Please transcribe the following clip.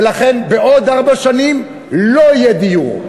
ולכן בעוד ארבע שנים לא יהיה דיור.